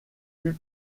plus